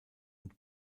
und